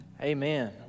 Amen